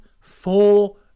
four